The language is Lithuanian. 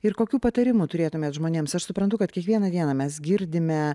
ir kokių patarimų turėtumėt žmonėms aš suprantu kad kiekvieną dieną mes girdime